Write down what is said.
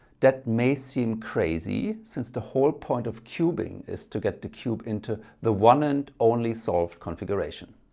that may seem crazy since the whole point of cubing is to get the cube into the one and only solved configuration.